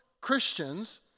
Christians